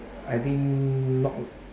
I think not